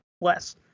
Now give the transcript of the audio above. less